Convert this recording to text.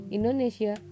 Indonesia